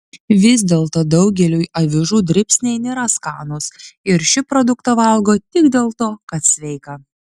vis dėlto daugeliui avižų dribsniai nėra skanūs ir šį produktą valgo tik dėl to kad sveika